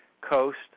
coast